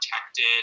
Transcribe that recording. protected